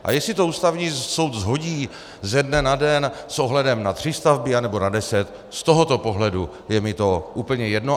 A jestli to Ústavní soud shodí ze dne na den s ohledem na tři stavby, anebo na deset, z tohoto pohledu je mi to úplně jedno.